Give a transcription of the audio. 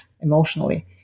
emotionally